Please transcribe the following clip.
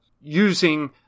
using